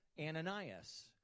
Ananias